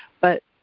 but